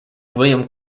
william